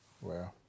Wow